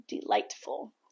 delightful